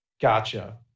Gotcha